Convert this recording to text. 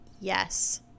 Yes